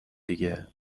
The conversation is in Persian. دیگه